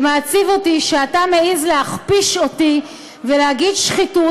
ומעציב אותי שאתה מעז להכפיש אותי ולהגיד שחיתות